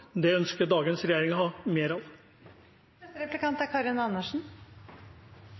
det ønsker dagens regjering å ha mer av. Kommunene er